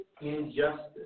injustice